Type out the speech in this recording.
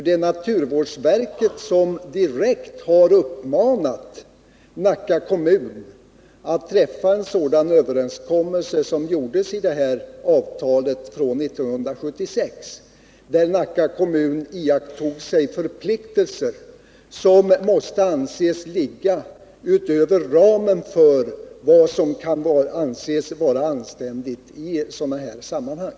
Det är naturvårdsverket som direkt har uppmanat Nacka kommun till en sådan överenskommelse som den som träffades i avtalet från 1976, där Nacka kommun såg sig tvingad till förpliktelser som måste anses ligga utanför ramen för vad som är rimligt i sådana sammanhang.